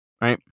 right